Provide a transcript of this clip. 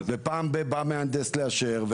ומדי פעם בא מהנדס לאשר,